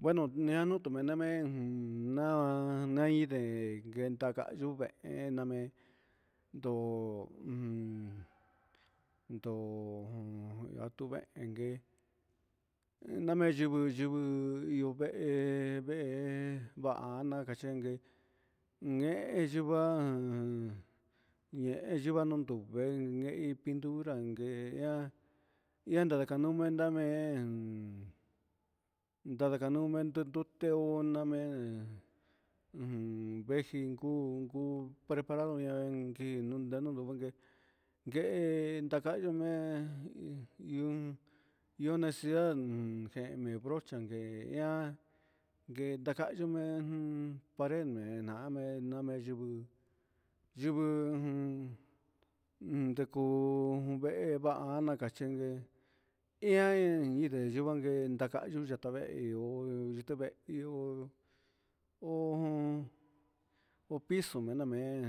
Bueno tuñan tunuka men ihá ñaiden, ngue ya kanru men ndame'e ho ujun do'o atuvengue name yungu yungu ihó vee vee, va'a nakachenngue unngue yuva'á, un yeva'a nundo'o venke iin pintura ñayuva'a kanumen nanmen ndakama nunnen ndutu teun namen, ujun vejin kuu kuu preparado ñan nji nanun ndun nduken ngue daka iinnguen ihon ihon necesidad umm nguene brochan ngué ña'a ngue ndachon nguen un njaron ngueña'a meni yuu yungu jun, un ndekun vee va'a kachenke ian iyen dijan vee ndakayu yatavee ho yitavee ihó, ho jun hom pizo enamen